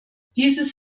dieses